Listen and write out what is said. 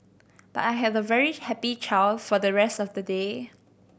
but I had a very happy child for the rest of the day